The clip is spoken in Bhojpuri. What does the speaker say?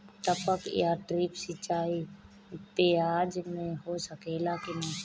टपक या ड्रिप सिंचाई प्याज में हो सकेला की नाही?